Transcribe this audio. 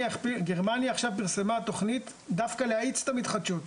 גרמניה עכשיו פרסמה תכנית דווקא להאיץ את המתחדשות.